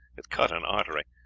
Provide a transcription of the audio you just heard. it cut an artery.